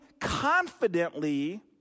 confidently